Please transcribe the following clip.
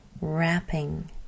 wrapping